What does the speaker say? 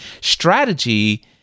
Strategy